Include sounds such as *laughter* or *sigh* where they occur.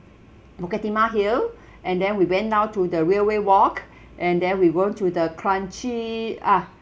bukit timah hill *breath* and then we went down to the railway walk *breath* and then we went to the kranji ah